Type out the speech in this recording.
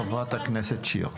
חברת הכנסת שיר.